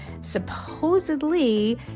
supposedly